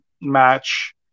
match